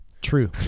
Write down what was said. True